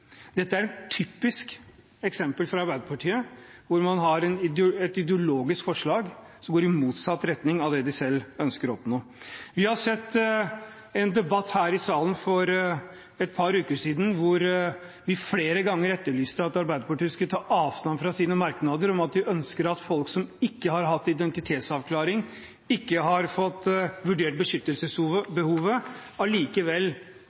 Dette er et typisk eksempel fra Arbeiderpartiet, man har et ideologisk forslag som går i motsatt retning av det man selv ønsker å oppnå. Vi hørte en debatt her i salen for et par uker siden, hvor vi flere ganger etterlyste at Arbeiderpartiet skulle ta avstand fra sine merknader om at de ønsker at folk som ikke har hatt identitetsavklaring og ikke har fått vurdert beskyttelsesbehovet, allikevel